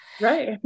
right